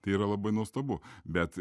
tai yra labai nuostabu bet